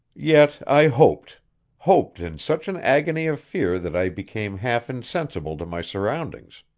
yet i hoped hoped in such an agony of fear that i became half-insensible to my surroundings.